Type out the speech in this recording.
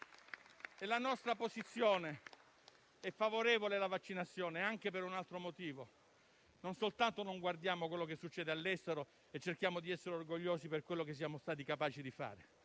La nostra posizione è favorevole alla vaccinazione anche per un altro motivo. Non soltanto non guardiamo quanto succede all'estero e cerchiamo di essere orgogliosi per ciò che siamo stati capaci di fare,